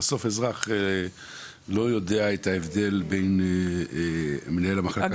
בסוף אזרח לא יודע את ההבדל בין מנהל המחלקה